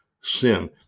sin